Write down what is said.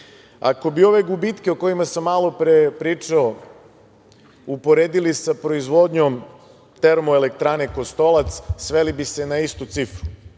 bi ove gubitke o kojima sam malo pre pričao uporedili sa proizvodnjom Termoelektrane „Kostolac“, sveli bi se na istu cifru.